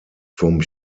vom